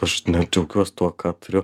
aš net džiaugiuos tuo ką turiu